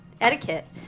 etiquette